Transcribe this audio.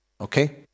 Okay